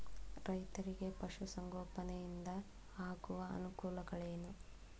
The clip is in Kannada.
ರೈತರಿಗೆ ಪಶು ಸಂಗೋಪನೆಯಿಂದ ಆಗುವ ಅನುಕೂಲಗಳೇನು?